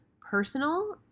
personal